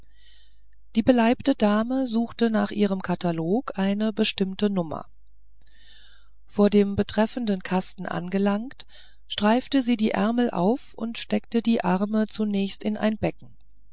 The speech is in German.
die beleibte dame suchte nach ihrem katalog eine bestimmte nummer vor dem betreffenden kasten angelangt streifte sie die ärmel auf und steckte die arme zunächst in ein becken